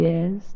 Yes